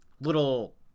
little